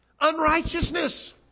unrighteousness